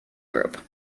group